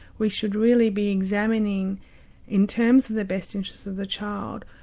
we should really be examining in terms of the best interests of the child,